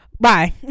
Bye